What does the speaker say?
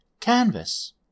canvas